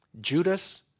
Judas